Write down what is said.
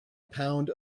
pound